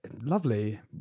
lovely